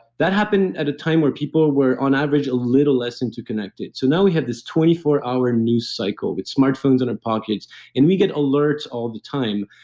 that happened at a time where people were on average a little less interconnected. so, now we have this twenty four hour news cycle with smart phones in our pockets and we get alerts all the time.